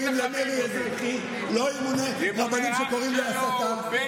לא ימונו רבנים שקוראים למרי אזרחי,